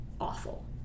Awful